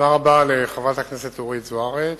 תודה רבה לחברת הכנסת אורית זוארץ.